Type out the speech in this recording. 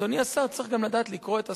אדוני השר, צריך גם לדעת לקרוא את הסקרים.